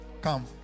come